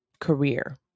career